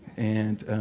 and